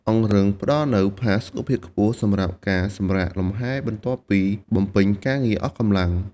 អង្រឹងផ្តល់នូវផាសុកភាពខ្ពស់សម្រាប់ការសម្រាកលំហែបន្ទាប់ពីបំពេញការងារអស់កម្លាំង។